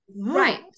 right